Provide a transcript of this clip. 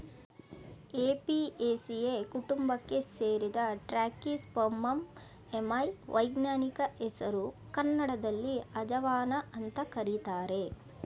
Apiaceae ಕುಟುಂಬಕ್ಕೆ ಸೇರಿದ Trachyspermum ammi ವೈಜ್ಞಾನಿಕ ಹೆಸರು ಕನ್ನಡದಲ್ಲಿ ಅಜವಾನ ಅಂತ ಕರೀತಾರೆ